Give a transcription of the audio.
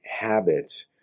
habits